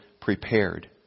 prepared